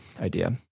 idea